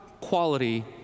quality